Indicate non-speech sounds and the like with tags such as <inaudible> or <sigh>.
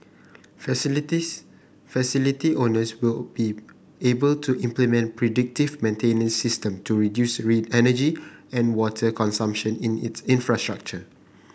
facilities facility owners will be able to implement predictive maintenance system to reduce <unintelligible> energy and water consumption in its infrastructure